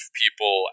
people